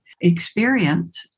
experience